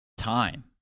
time